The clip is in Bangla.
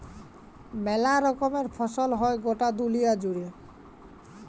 মেলা রকমের ফসল হ্যয় গটা দুলিয়া জুড়ে